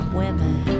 women